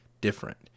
different